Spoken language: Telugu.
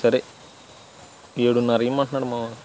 సరే ఏడున్నర ఇయమంటున్నాను మావ